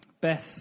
beth